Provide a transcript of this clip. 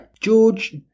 George